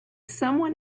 someone